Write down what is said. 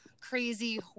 crazy